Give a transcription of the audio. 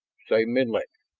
say, menlik,